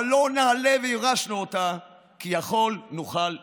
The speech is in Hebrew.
"עלה נעלה וירשנו אותה כי יכול נוכל לה".